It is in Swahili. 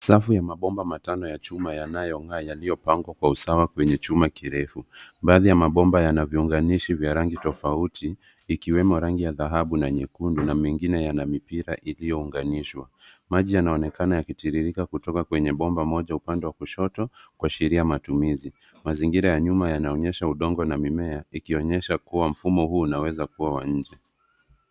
Safu ya mabomba matano ya chuma yanayong'aa yaliyopangwa kwa usawa kwenye chuma kirefu. Baadhi ya mabomba yana viunganishi vya rangi tofauti ikiwemo rangi ya dhahabu na nyekundu na mengine yana mipira iliyounganishwa. Maji yanaonekana yakitiririrka kutoka kwenye bomba moja upande wa kushoto kuashiria matumizi. Mazingira ya nyuma yanaonyesha udongo na mimea ikionyesha kuwa mfumo huu unawezakua wa nje.